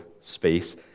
space